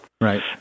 Right